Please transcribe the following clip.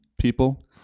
people